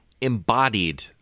embodied